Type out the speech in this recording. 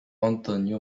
antonio